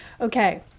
Okay